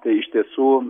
tai iš tiesų